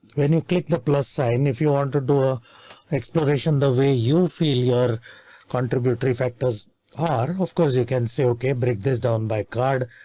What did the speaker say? when you click the plus sign. if you want to do a exploration the way you feel your contributary factors ah are. of course you can say ok, break this down by card,